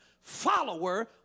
follower